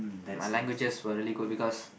my languages were really good because